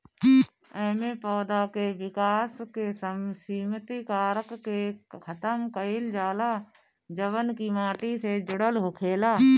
एमे पौधा के विकास के सिमित कारक के खतम कईल जाला जवन की माटी से जुड़ल होखेला